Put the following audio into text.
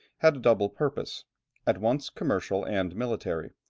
had a double purpose at once commercial and military.